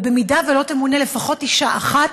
ואם לא תמונה לפחות אישה אחת,